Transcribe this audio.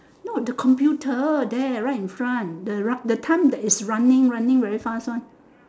not the time computer there right in front the ri~ the time that is running running very fast one